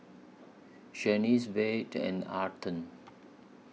Shaniece Vaughn and Arden